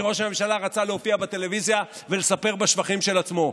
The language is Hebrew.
כי ראש הממשלה רצה להופיע בטלוויזיה ולספר בשבחים של עצמו.